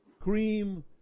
cream